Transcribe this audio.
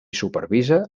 supervisa